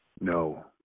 no